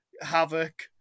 Havoc